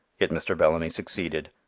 yet mr. bellamy succeeded.